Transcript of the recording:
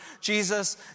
Jesus